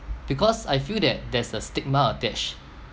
because I feel that there's a stigma attached